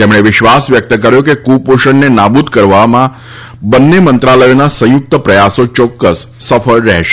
તેમણે વિશ્વાસ વ્યક્ત કર્યો હતો કે ક્પોષણને નાબુદ કરવાના બંને મંત્રાલયોના સંયુક્ત પ્રયાસો ચોક્કસ સફળ રહેશે